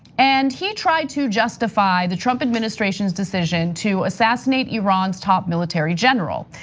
and he tried to justify the trump administration's decision to assassinate iran's top military general.